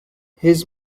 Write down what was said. his